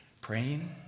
praying